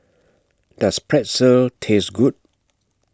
Does Pretzel Taste Good